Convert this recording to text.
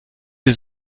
sie